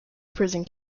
prison